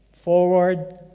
forward